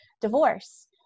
divorce